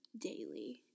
daily